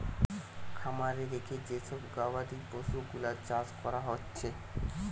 খামারে রেখে যে সব গবাদি পশুগুলার চাষ কোরা হচ্ছে